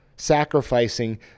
sacrificing